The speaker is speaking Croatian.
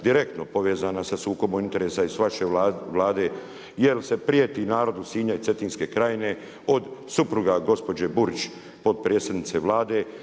direktno povezana sa sukoba interesa i sa vaše Vlade, jer se prijeti narodu Sinja i Cetinske krajine, od supruga gospođe Burić potpredsjednice Vlade,